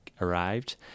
arrived